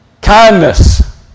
Kindness